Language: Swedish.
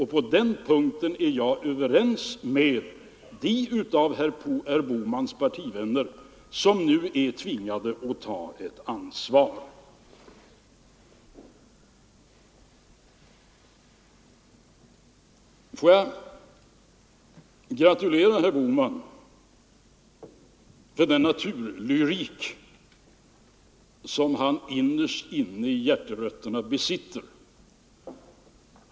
På den punkten är jag överens med dem av herr Bohmans partivänner som nu är tvingade att ta ett ansvar. Får jag gratulera herr Bohman för den naturlyrik som han innerst inne i hjärterötterna besitter?